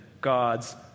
God's